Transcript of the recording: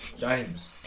James